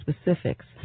specifics